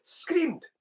screamed